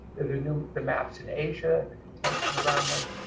the maps in asia and contention around them.